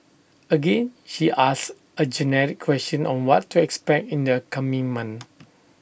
again she asks A generic question on what to expect in the coming month